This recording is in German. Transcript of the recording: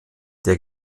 der